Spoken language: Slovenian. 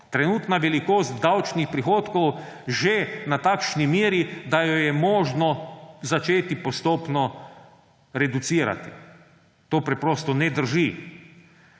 trenutna velikost davčnih prihodkov že na takšni meri, da jo je možno začeti postopno reducirati. To preprosto ne drži.